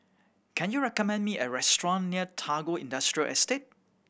can you recommend me a restaurant near Tagore Industrial Estate